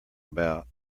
about